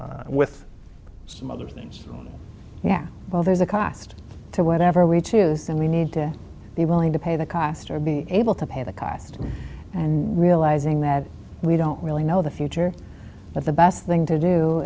with some others yeah well there's a cost to whatever we choose and we need to be willing to pay the cost or be able to pay the cost and realizing that we don't really know the future but the best thing to do